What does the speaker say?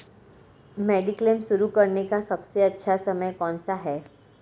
Mediclaim शुरू करने का सबसे अच्छा समय कौनसा है?